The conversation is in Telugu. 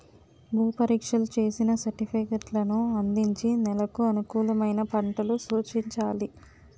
భూ పరీక్షలు చేసిన సర్టిఫికేట్లను అందించి నెలకు అనుకూలమైన పంటలు సూచించాలి